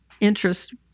interest